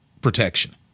protection